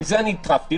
מזה נטרפתי.